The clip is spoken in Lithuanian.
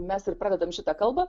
mes ir pradedam šitą kalbą